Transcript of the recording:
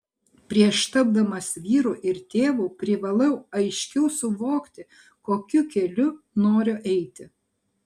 prieš tapdamas vyru ir tėvu privalau aiškiau suvokti kokiu keliu noriu eiti